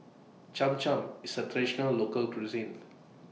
Cham Cham IS A Traditional Local Cuisine